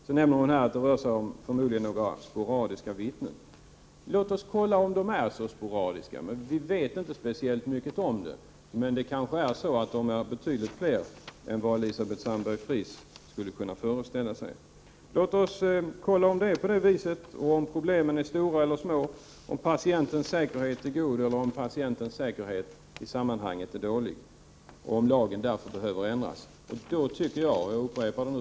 Yvonne Sandberg-Fries sade också att det här förmodligen rör sig om sporadiska vittnesmål. Men låt oss kontrollera om det är så. Vi vet inte speciellt mycket om dessa saker. Kanske är vittnesmålen betydligt fler än vad Yvonne Sandberg-Fries kan föreställa sig. Låt oss alltså kontrollera hur det förhåller sig på den punkten. Och låt oss även ta reda på om problemen är stora eller små, om patientens säkerhet i sammanhanget är god eller dålig. Först därefter vet vi om lagen behöver ändras.